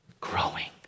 growing